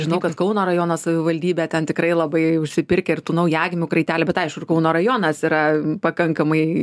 žinau kad kauno rajono savivaldybė ten tikrai labai užsipirkę ir tų naujagimių kraitelių bet aišku ir kauno rajonas yra pakankamai